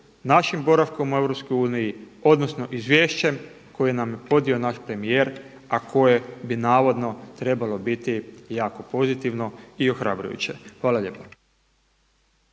našim boravkom u Europskoj uniji odnosno izvješćem koje nam je podnio naš premijer, a koje bi navodno trebalo biti jako pozitivno i ohrabrujuće? Hvala lijepa.